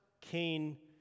Cain